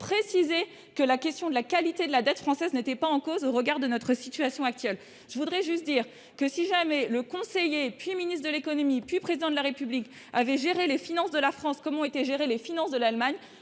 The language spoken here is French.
précisé que la question de la qualité de la dette française n'était pas en cause, au regard de notre situation actuelle, je voudrais juste dire que si jamais le conseiller, puis ministre de l'Économie, puis président de la République avait géré les finances de la France comment était géré les finances de l'Allemagne,